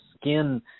skin